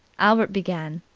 albert began.